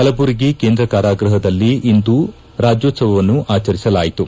ಕಲಬುರಗಿ ಕೇಂದ್ರ ಕಾರಾಗೃಹದಲ್ಲಿ ಇಂದು ರಾಜ್ಣೋತ್ಸವವನ್ನು ಆಚರಿಸಲಾಯಿತು